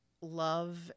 love